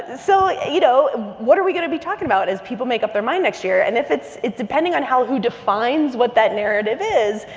so, you know, what are we going to be talking about as people make up their mind next year? and if it's it's depending on how who defines what that narrative is,